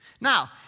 Now